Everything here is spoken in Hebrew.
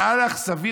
נראה לך סביר?